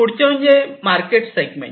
पुढचे म्हणजे market segment